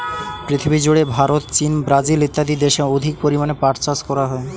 পৃথিবীজুড়ে ভারত, চীন, ব্রাজিল ইত্যাদি দেশে অধিক পরিমাণে পাট চাষ করা হয়